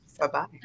Bye-bye